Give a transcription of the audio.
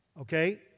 Okay